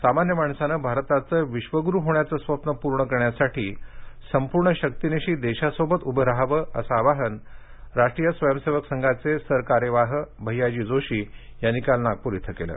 सामान्य माणसानं भारताचं विश्वगुरु होण्याचं स्वप्न पूर्ण करण्यासाठी संपूर्ण शक्तिनिशी देशासोबत उभं राहावं असं आवाहन राष्ट्री्य स्वयंसेवक संघाचे सरकार्यवाह भैयाजी जोशी यांनी काल नागपूरमध्ये केलं